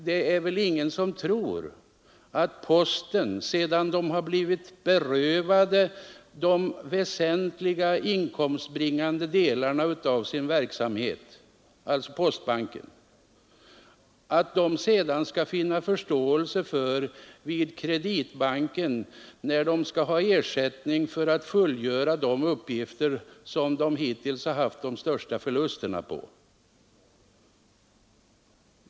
Det är väl ingen som tror att postverket sedan det blivit berövat den väsentligaste inkomstbringande delen av sin verksamhet, hos Kreditbanken kan få någon förståelse för kravet på ersättning för fullgörandet av de uppgifter som posten hittills haft de största förlusterna på.